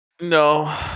No